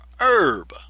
herb